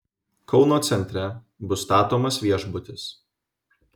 kauno centre bus statomas viešbutis